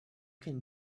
can